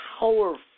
powerful